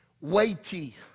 weighty